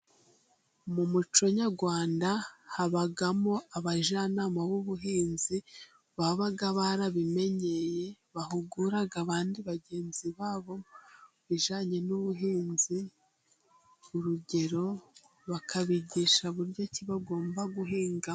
Mu muco nyarwanda habamo abajyanama b'ubuhinzi, baba barabimenyereye bahugura abandi bagenzi babo, ibijyanye n'ubuhinzi, urugero bakabigisha buryo ki bagomba guhinga.